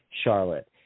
Charlotte